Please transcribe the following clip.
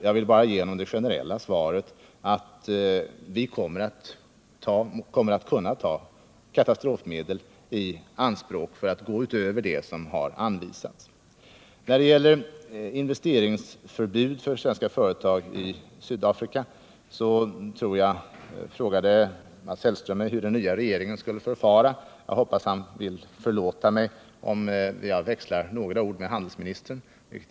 Jag vill bara ge honom det generella svaret att vi kommer att kunna ta katastrofmedel i anspråk för att gå utöver det som har anvisats. När det gäller investeringsförbud för svenska företag i Sydafrika frågade Mats Hellström hur den nya regeringen skulle förfara. Jag hoppas att han vill förlåta mig, om jag först växlar några ord med handelsministern.